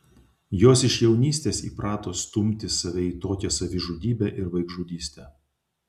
jos iš jaunystės įprato stumti save į tokią savižudybę ir vaikžudystę